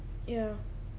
ya